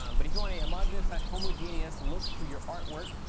um but if you want a homogeneous homogeneous look to your artwork,